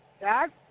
Dad